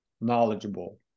knowledgeable